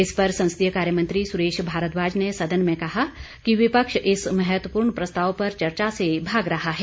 इस पर संसदीय कार्यमंत्री सुरेश भारद्वाज ने सदन में कहा कि विपक्ष इस महत्वपूर्ण प्रस्ताव पर चर्चा से भाग रहा है